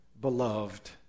beloved